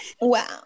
wow